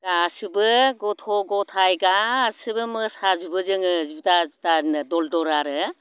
गासैबो गथ' गथाय गासैबो मोसाजोबो जोङो जुदा जुदा दल दल आरो